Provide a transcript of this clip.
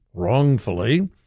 wrongfully